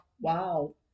wow